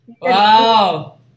Wow